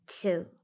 two